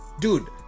dude